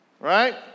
right